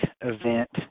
event